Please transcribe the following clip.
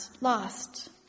lost